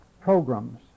programs